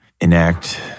enact